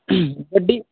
गड्डी